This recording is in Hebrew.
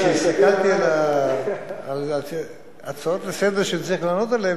כשהסתכלתי על ההצעות לסדר-היום שצריך לענות עליהן,